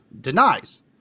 denies